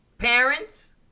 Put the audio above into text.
Parents